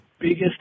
biggest